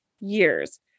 years